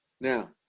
Now